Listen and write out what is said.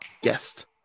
guest